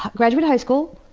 graduated high school,